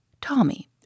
Tommy